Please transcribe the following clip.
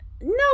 no